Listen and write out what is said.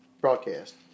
broadcast